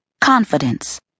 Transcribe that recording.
Confidence